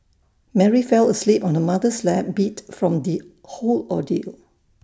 Mary fell asleep on her mother's lap beat from the whole ordeal